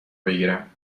بگیرم